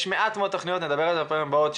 יש מעט מאוד תוכניות ונדבר על זה בפעמים הבאות,